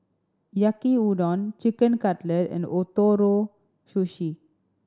Yaki Udon Chicken Cutlet and Ootoro Sushi